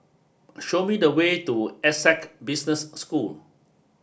show me the way to Essec Business School